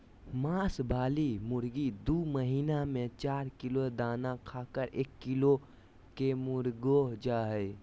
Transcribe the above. मांस वाली मुर्गी दू महीना में चार किलो दाना खाकर एक किलो केमुर्गीहो जा हइ